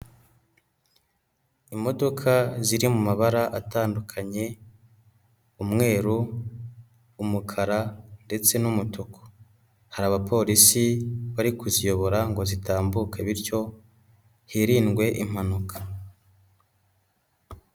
Imodoka ziri mu mabara atandukanye umweru, umukara ndetse n'umutuku. Hari abapolisi bari kuziyobora ngo zitambuke bityo hirindwe impanuka.